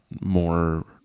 more